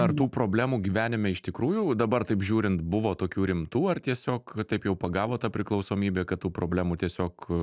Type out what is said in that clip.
ar tų problemų gyvenime iš tikrųjų dabar taip žiūrint buvo tokių rimtų ar tiesiog taip jau pagavo ta priklausomybė kad tų problemų tiesiog